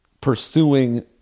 pursuing